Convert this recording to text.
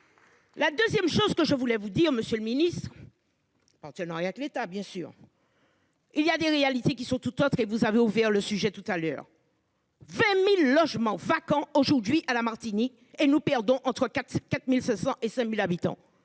La 2ème, chose que je voulais vous dire Monsieur le Ministre. Partenariat que l'État bien sûr.-- Il y a des réalités qui sont toutes autres. Et vous avez ouvert le sujet tout à l'heure.-- 20.000 logements vacants aujourd'hui à la Martinique et nous perdons entre 4 4500 et 5000 habitants.